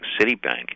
Citibank